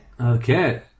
Okay